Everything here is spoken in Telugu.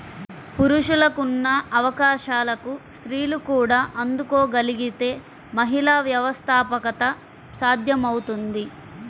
పురుషులకున్న అవకాశాలకు స్త్రీలు కూడా అందుకోగలగితే మహిళా వ్యవస్థాపకత సాధ్యమవుతుంది